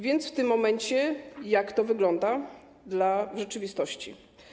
Więc w tym momencie jak to wygląda w rzeczywistości?